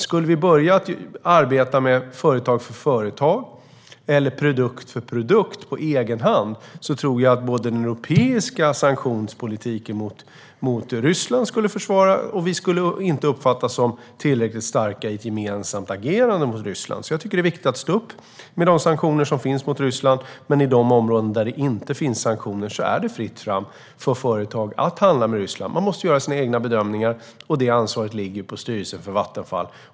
Skulle vi börja arbeta med detta företag för företag eller produkt för produkt, på egen hand, tror jag både att den europeiska sanktionspolitiken mot Ryssland skulle försvagas och att vi inte skulle uppfattas som tillräckligt starka i ett gemensamt agerande mot Ryssland. Jag tycker alltså att det är viktigt att stå upp för de sanktioner som finns mot Ryssland, men i de områden där det inte finns sanktioner är det fritt fram för företag att handla med Ryssland. Man måste göra sina egna bedömningar, och det ansvaret ligger på styrelsen för Vattenfall.